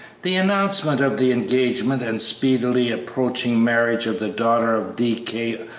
the announcement of the engagement and speedily approaching marriage of the daughter of d. k.